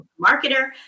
marketer